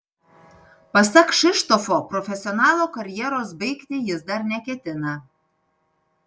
pasak kšištofo profesionalo karjeros baigti jis dar neketina